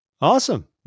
Awesome